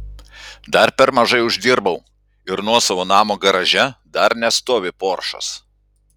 dar per mažai uždirbau ir nuosavo namo garaže dar nestovi poršas